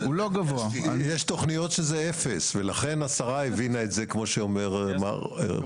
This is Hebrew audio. יש תוכניות שזה אפס ולכן השרה הבינה את זה כמו שאומר שרון,